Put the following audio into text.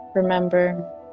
Remember